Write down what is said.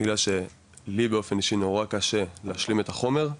כיוון שלי באופן אישי נורא קשה להשלים את החומר.